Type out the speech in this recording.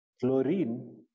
chlorine